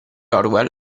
orwell